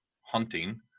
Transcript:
hunting